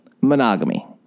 monogamy